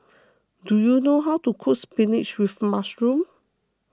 do you know how to cook Spinach with Mushroom